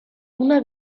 una